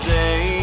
day